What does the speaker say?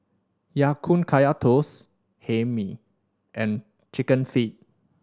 Ya Kun Kaya Toast Hae Mee and Chicken Feet